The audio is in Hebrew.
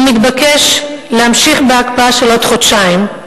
והוא מתבקש להמשיך בהקפאה של עוד חודשיים,